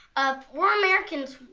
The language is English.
ah we're americans!